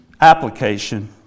application